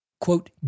quote